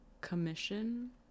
Commission